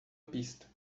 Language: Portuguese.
pista